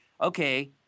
okay